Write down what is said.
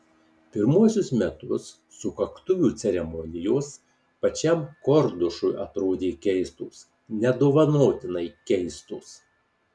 pirmuosius metus sukaktuvių ceremonijos pačiam kordušui atrodė keistos nedovanotinai keistos